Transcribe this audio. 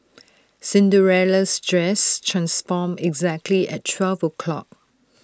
Cinderella's dress transformed exactly at twelve o' clock